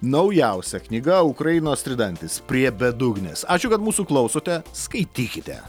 naujausia knyga ukrainos tridantis prie bedugnės ačiū kad mūsų klausote skaitykite